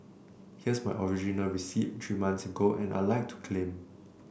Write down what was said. here's my original receipt three months ago and I'd like to claim